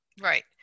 Right